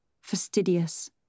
fastidious